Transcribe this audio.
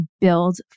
build